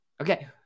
Okay